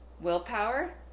Willpower